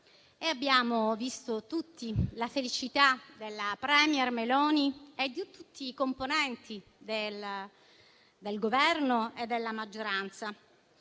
abbiamo visto tutti la felicità della *premier* Meloni e di tutti i componenti del Governo e della maggioranza,